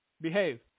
Behave